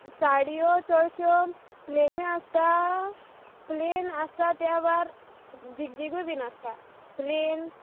साडयो चडश्यो प्लेनूय आसता प्लेन आसता त्या भायर जीग जिगूय बीन आसता प्लेन